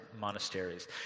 monasteries